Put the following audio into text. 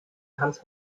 hans